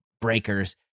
breakers